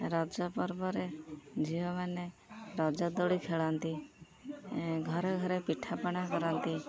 ରଜ ପର୍ବରେ ଝିଅମାନେ ରଜଦୋଳି ଖେଳନ୍ତି ଘରେ ଘରେ ପିଠାପଣା କରନ୍ତି